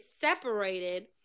separated